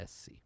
SC